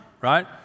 right